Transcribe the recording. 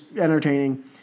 entertaining